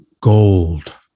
gold